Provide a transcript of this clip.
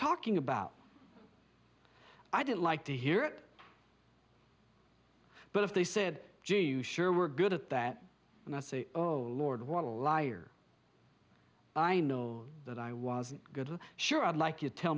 talking about i didn't like to hear it but if they said jew you sure were good at that and i say oh lord what a liar i know that i wasn't good sure i'd like you tell